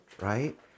right